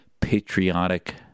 patriotic